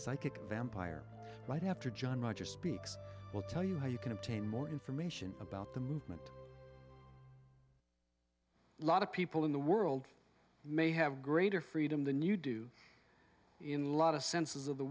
psychic vampire but after john rogers speaks we'll tell you how you can obtain more information about the movement lot of people in the world may have greater freedom than you do in lot of senses of the